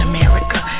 America